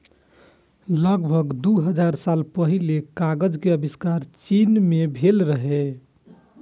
लगभग दू हजार साल पहिने कागज के आविष्कार चीन मे भेल रहै